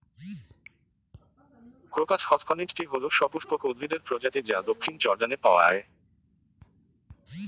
crocus হসকনেইচটি হল সপুষ্পক উদ্ভিদের প্রজাতি যা দক্ষিণ জর্ডানে পাওয়া য়ায়